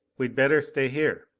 we'd better stay here.